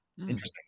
Interesting